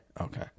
okay